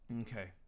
Okay